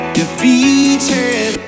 defeated